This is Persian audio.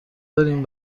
داریم